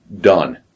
done